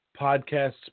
podcasts